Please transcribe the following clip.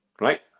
right